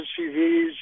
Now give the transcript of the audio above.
SUVs